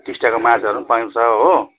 टिस्टाको माछाहरू पनि पाइन्छ हो